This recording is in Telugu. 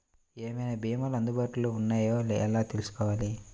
ఏమేమి భీమాలు అందుబాటులో వున్నాయో ఎలా తెలుసుకోవాలి?